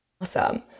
Awesome